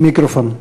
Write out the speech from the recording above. אדוני היושב-ראש.